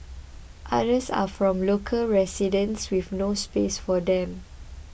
others are from local residents with no space for them